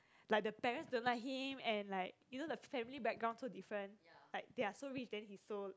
like the parents don't like him and like you know the family background so different they are so rich then he's so